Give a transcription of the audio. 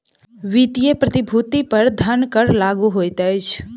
वित्तीय प्रतिभूति पर धन कर लागू होइत अछि